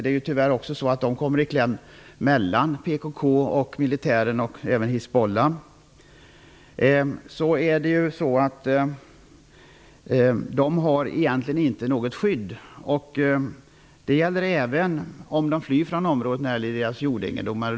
Det är tyvärr också så att de kommer i kläm mellan PKK, militären och Hisbollah. De har egentligen inte något skydd. Det gäller även om de flyr från området eller sina jordegendomar.